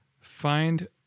find